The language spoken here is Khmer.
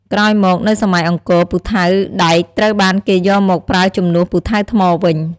ក្រោយមកនៅសម័យអង្គរ ពូថៅដែកត្រូវបានគេយកមកប្រើជំនួសពូថៅថ្មវិញ។